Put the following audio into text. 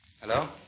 Hello